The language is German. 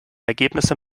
ergebnisse